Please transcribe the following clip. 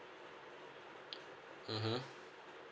mmhmm